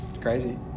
Crazy